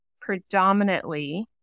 predominantly